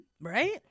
Right